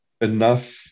enough